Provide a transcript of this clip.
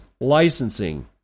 licensing